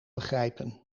begrijpen